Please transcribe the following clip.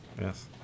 Yes